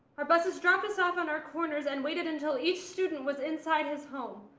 our buses dropped us off on our corners and waited until each student was inside his home.